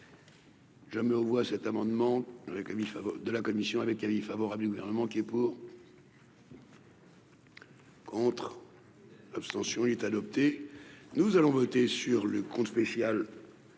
Je me revois cet amendement, la commission de la commission avec avis favorable du gouvernement qui est pour. Entre l'abstention est adopté, nous allons voter sur le compte spécial